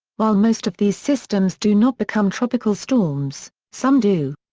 while most of these systems do not become tropical storms, some do.